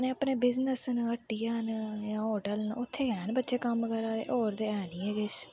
अपने अपने बिजनेस न हट्टियां न जां होटल न उत्थें गै हैन बच्चे कम्म करा दे होर ते ऐ नी ऐ किश